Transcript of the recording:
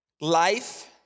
life